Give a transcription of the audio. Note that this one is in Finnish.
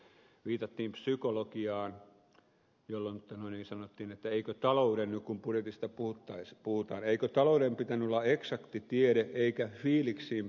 viitattiin psykologiaan jolloin sanottiin että nyt kun budjetista puhutaan eikö talouden pitänyt olla eksakti tiede eikä fiiliksiin perustuvaa arvailua